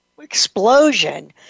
explosion